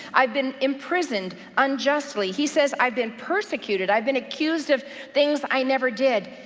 i've been imprisoned unjustly. he says i've been persecuted. i've been accused of things i never did,